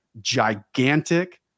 gigantic